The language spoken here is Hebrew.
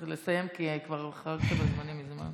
אתה צריך להתחיל לסיים כי חרגת בזמנים מזמן.